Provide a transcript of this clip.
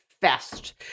fest